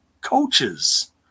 coaches